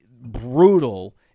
brutal